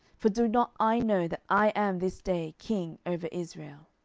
for do not i know that i am this day king over israel